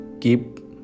keep